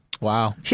Wow